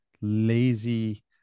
lazy